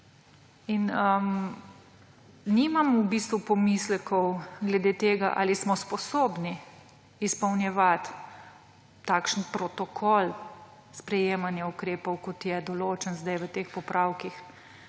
Nimam v bistvu pomislekov glede tega, ali smo sposobni izpolnjevati takšen protokol sprejemanja ukrepov, kot je določen sedaj v teh popravkih